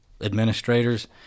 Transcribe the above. administrators